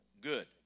good